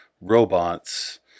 robots